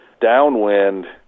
downwind